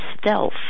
stealth